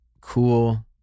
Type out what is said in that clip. cool